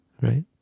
right